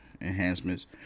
enhancements